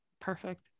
perfect